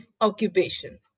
occupation